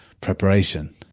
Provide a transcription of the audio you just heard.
preparation